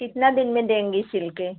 कितना दिन में देंगी सिल कर